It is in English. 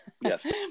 Yes